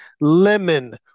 lemon